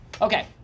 Okay